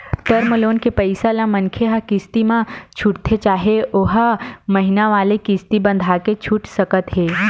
term loan के पइसा ल मनखे ह किस्ती म छूटथे चाहे ओहा महिना वाले किस्ती बंधाके छूट सकत हे